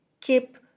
keep